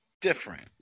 Different